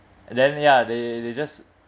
then ya they they just